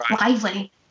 lively